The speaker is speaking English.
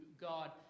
God